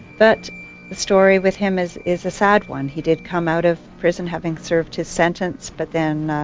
but the story with him is is a sad one. he did come out of prison having served his sentence, but then